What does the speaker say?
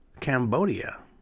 Cambodia